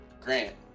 grant